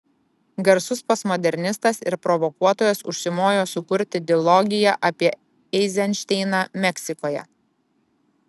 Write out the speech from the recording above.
garsus postmodernistas ir provokuotojas užsimojo sukurti dilogiją apie eizenšteiną meksikoje